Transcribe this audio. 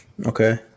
Okay